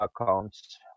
accounts